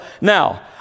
Now